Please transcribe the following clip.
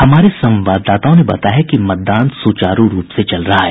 हमारे संवाददाताओं ने बताया है कि मतदान सुचारू रूप से चल रहा है